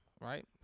right